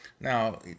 Now